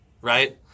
right